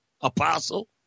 apostle